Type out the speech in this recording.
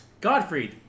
Godfrey